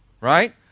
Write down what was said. Right